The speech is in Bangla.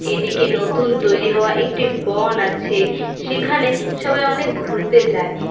এদিকে নতুন তৈরি হওয়া একটি বন আছে সেখানে সবাই অনেক ঘুরতে যায়